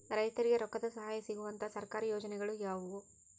ರೈತರಿಗೆ ರೊಕ್ಕದ ಸಹಾಯ ಸಿಗುವಂತಹ ಸರ್ಕಾರಿ ಯೋಜನೆಗಳು ಯಾವುವು?